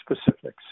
specifics